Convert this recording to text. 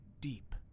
deep